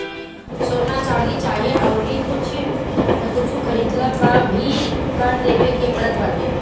सोना, चांदी चाहे अउरी कुछु खरीदला पअ भी कर देवे के पड़त बाटे